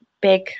big